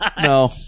No